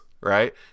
right